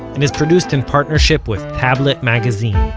and is produced in partnership with tablet magazine.